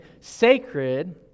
sacred